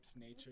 Nature